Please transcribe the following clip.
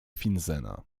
finsena